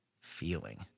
feeling